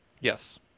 Yes